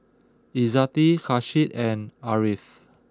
Izzati Kasih and Ariff